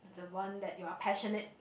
the one that you're passionate